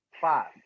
five